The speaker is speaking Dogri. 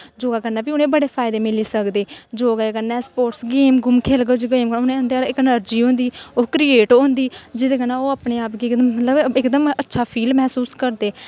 योगा कन्ने बी उनेंगी बड़े फायदे मिली सकदे योगा कन्नै गेम गूम खेलगे अन्दर इक इनार्जी होंदी ओह् क्रियेट होंदी जेह्दे कन्नै ओह् अपने आप गी इकदम अच्छा फील मैह्सूस करदे